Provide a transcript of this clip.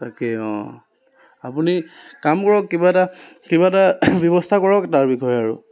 তাকে অঁ আপুনি কাম কৰক কিবা এটা কিবা এটা ব্যৱস্থা কৰক তাৰ বিষয়ে আৰু